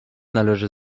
należy